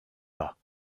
pas